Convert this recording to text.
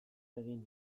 egin